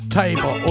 table